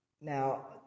Now